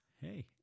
Hey